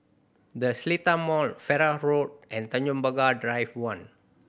The Seletar Mall Farrer Road and Tanjong Pagar Drive One